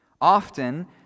Often